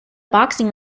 boxing